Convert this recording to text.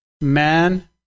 Man